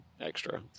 extra